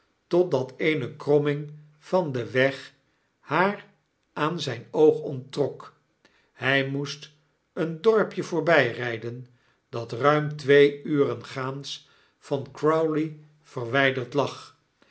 totdat eenekromming van den weg haar aan zijn oog onttrok hy moest een dorpje voorbijrijden dat ruim twee uren gaans van crowley verwijderd lag